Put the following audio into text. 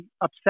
upset